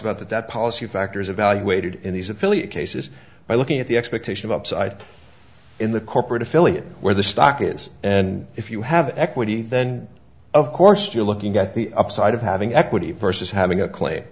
about that that policy factors evaluated in these affiliate cases by looking at the expectation of upside in the corporate affiliate where the stock is and if you have equity then of course you're looking at the upside of having equity versus having a clay